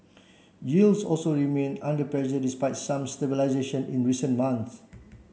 yields also remain under pressure despite some stabilisation in recent months